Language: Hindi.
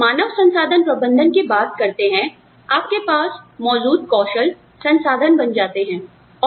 जब हम मानव संसाधन प्रबंधन की बात करते हैं आपके पास मौजूद कौशल संसाधन बन जाते हैं